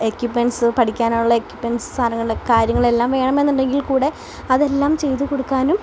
equipments പഠിക്കാനുള്ള equipments സാധനങ്ങൾ കാര്യങ്ങളെല്ലാം വേണമെന്നുണ്ടെങ്കിൽക്കൂടി അതെല്ലാം ചെയ്തു കൊടുക്കാനും